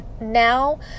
now